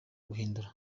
guhindura